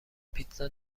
پیتزا